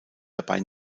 dabei